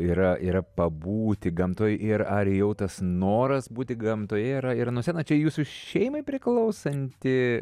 yra yra pabūti gamtoj ir ar jau tas noras būti gamtoje yra ir nuo seno čia jūsų šeimai priklausanti